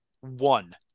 One